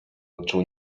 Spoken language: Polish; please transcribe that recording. odczuł